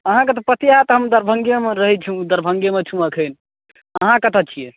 अहाँके तऽ पते होयत हम दरभङ्गे मे रहै छी दरभङ्गे मे छी अखन अहाँ कतऽ छियै